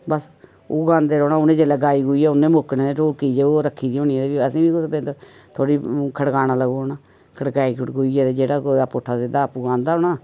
बस्स ओह् गांदे रौह्ना उ'नें जेल्लै गाई गुइयै मुक्कने ते ढोल्की जे ओह् रक्खी दी होनी ते असें बी बिंद थोह्ड़ी खड़कान लगी पौना खड़काई खुड़कुइयै ते जेह्ड़ा कुतै पुट्ठा सिद्दा आपूं गांदा होना